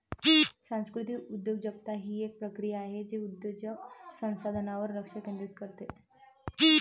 सांस्कृतिक उद्योजकता ही एक प्रक्रिया आहे जे उद्योजक संसाधनांवर लक्ष केंद्रित करते